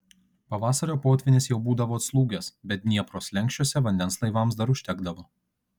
pavasario potvynis jau būdavo atslūgęs bet dniepro slenksčiuose vandens laivams dar užtekdavo